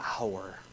hour